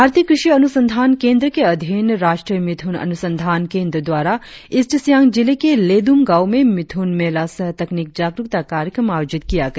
भारतीय कृषि अनुसंधान केंद्र के अधीन राष्ट्रीय मिथुन अनुसंधान केंद्र द्वारा ईस्ट सियांग जिले के लेद्रम गांव में मिथ्रन मेला सह तकनीक जागरुकता कार्यक्रम आयोजित किया गया